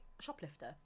Shoplifter